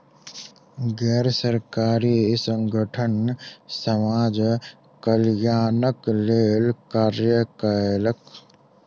गैर सरकारी संगठन समाज कल्याणक लेल कार्य कयलक